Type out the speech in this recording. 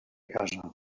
casa